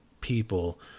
people